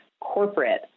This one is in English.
corporate